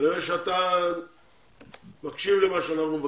רואה שאתה מקשיב לבקשותינו.